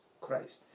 Christ